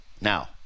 Now